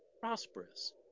prosperous